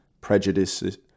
prejudices